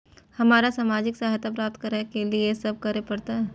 हमरा सामाजिक सहायता प्राप्त करय के लिए की सब करे परतै?